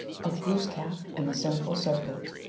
of glooskap and the sinful serpent.